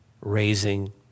raising